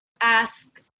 ask